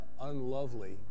unlovely